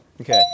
Okay